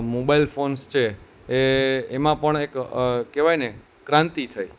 mobiles phones છે એ એમાં પણ એક કહેવાયને ક્રાંતિ થઈ